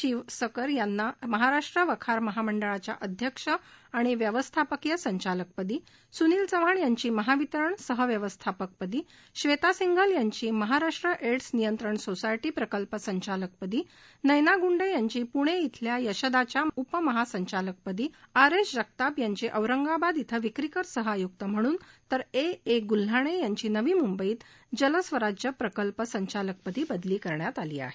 शिवशंकर यांना महाराष्ट्र वखार महामंडळाच्या अध्यक्ष आणि व्यवस्थापकीय संचालकदी सुनील चव्हाण यांची महावितरण सहव्यवस्थापकपदी ब्रेता सिंघल यांची महाराष्ट्र एड्स नियंत्रण सोसायटी प्रकल्प संचालकपदी नयना गुंडे यांची पुणे खिल्या यशदाच्या उपमहासंचालकपदी आर एस जगताप यांची औरंगाबाद क्रे विक्रीकर सहआयुक्त म्हणून तर ए गुल्हाणे यांची नवी मुंबईत जलस्वराज प्रकल्प संचालकपदी बदली करण्यात आली आहे